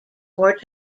more